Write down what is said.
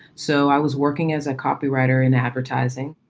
so i was working as a copywriter in advertising.